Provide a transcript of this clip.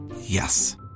Yes